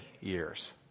years